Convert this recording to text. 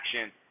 action